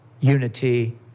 unity